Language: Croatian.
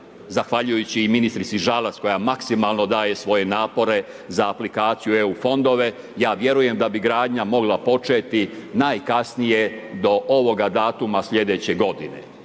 zahvaljujući i ministrici Žalac koja maksimalno daje svoje napore za aplikaciju EU fondove, ja vjerujem da bi gradnja mogla početi najkasnije do ovoga datuma sljedeće godine.